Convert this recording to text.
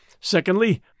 Secondly